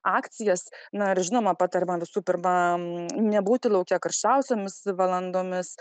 akcijas na ir žinoma patariama visų pirma nebūti lauke karščiausiomis valandomis